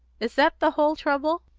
is that the whole trouble?